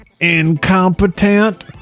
incompetent